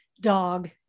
dog